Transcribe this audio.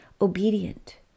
obedient